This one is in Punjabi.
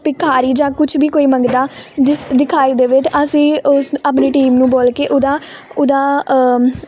ਭਿਖਾਰੀ ਜਾਂ ਕੁਛ ਵੀ ਕੋਈ ਮੰਗਦਾ ਦਿਸ ਦਿਖਾਈ ਦੇਵੇ ਤਾਂ ਅਸੀਂ ਉਸ ਆਪਣੀ ਟੀਮ ਨੂੰ ਬੋਲ ਕੇ ਉਹਦਾ ਉਹਦਾ